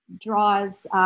draws